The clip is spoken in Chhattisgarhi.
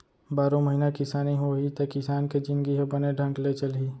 बारो महिना किसानी होही त किसान के जिनगी ह बने ढंग ले चलही